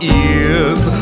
ears